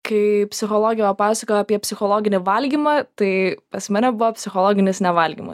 kai psichologė pasakojo apie psichologinį valgymą tai pas mane buvo psichologinis nevalgymas